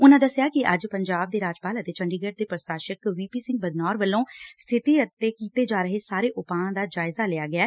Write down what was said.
ਉਨੂਾਂ ਦਸਿਆ ਕਿ ਅੱਜ ਪੰਜਾਬ ਦੇ ਰਾਜਪਾਲ ਅਤੇ ਚੰਡੀਗੜ੍ ਦੇ ਪ੍ਸ਼ਾਸਕ ਵੀ ਪੀ ਸਿੰਘ ਬਦਨੌਰ ਵੱਲੋਂ ਸਥਿਤੀ ਅਤੇ ਕੀਤੇ ਜਾ ਰਹੇ ਸਾਰੇ ਉਪਾਅ ਦਾ ਜਾਇਜ਼ਾ ਲਿਆ ਗਿਐ